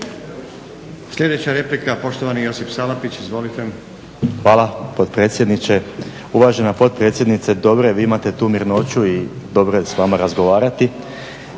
Sljedeća replika, poštovani Josip Salapić, izvolite. **Salapić, Josip (HDSSB)** Hvala potpredsjedniče. Uvažena potpredsjednice, dobro je, vi imate tu mirnoću i dobro je s vama razgovarati.